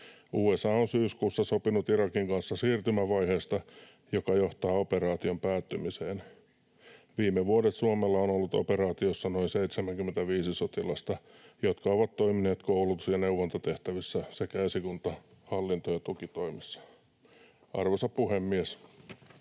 USA on syyskuussa sopinut Irakin kanssa siirtymävaiheesta, joka johtaa operaation päättymiseen. Viime vuodet Suomella on ollut operaatiossa noin 75 sotilasta, jotka ovat toimineet koulutus- ja neuvontatehtävissä sekä esikunta‑, hallinto- ja tukitoimissa. Arvoisa puhemies!